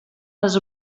les